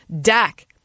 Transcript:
Dak